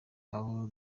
abo